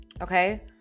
Okay